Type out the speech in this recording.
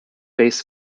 bass